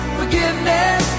forgiveness